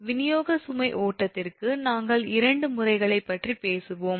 விநியோக சுமை ஓட்டத்திற்கு நாங்கள் இரண்டு முறைகளைப் பற்றி பேசுவோம்